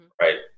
Right